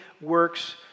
works